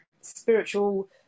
spiritual